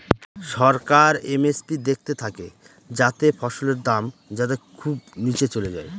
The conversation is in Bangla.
সরকার এম.এস.পি দেখতে থাকে যাতে ফসলের দাম যাতে খুব নীচে চলে যায়